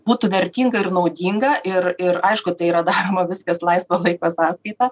būtų vertinga ir naudinga ir ir aišku tai yra daroma viskas laisvo laiko sąskaita